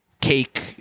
cake